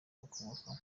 bakomokaho